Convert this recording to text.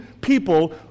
people